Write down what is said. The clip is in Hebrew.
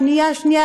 שנייה-שנייה,